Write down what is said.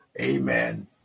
Amen